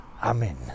Amen